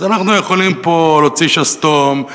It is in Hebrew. אז אנחנו יכולים פה להוציא שסתום,